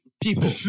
people